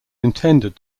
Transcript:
intended